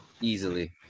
Easily